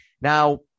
Now